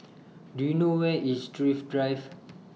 Do YOU know Where IS Thrift Drive